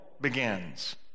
begins